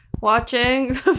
watching